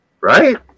right